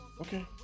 Okay